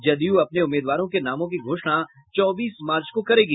जदयू अपने उम्मीदवारों के नामों की घोषणा चौबीस मार्च को करेगी